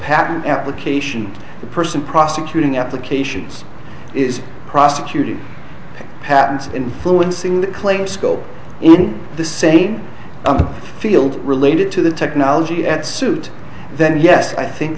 patent application the person prosecuting applications is prosecuting patents influencing the claim scope in the same field related to the technology at suit then yes i think